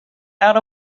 out